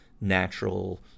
natural